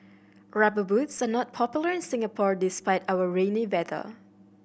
Rubber Boots are not popular in Singapore despite our rainy weather